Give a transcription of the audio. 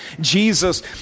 Jesus